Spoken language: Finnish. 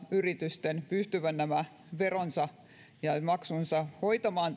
yritysten pystyvän nämä veronsa ja maksunsa hoitamaan